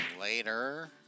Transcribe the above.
Later